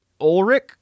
Ulrich